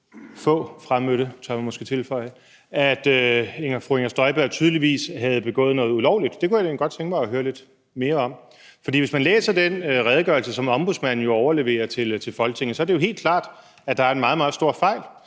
få fremmødte, tør man måske tilføje – at fru Inger Støjberg tydeligvis havde begået noget ulovligt. Det kunne jeg godt tænke mig at høre lidt mere om. Hvis man læser den redegørelse, som Ombudsmanden overleverer til Folketinget, er det jo helt klart, at der er en meget, meget stor fejl,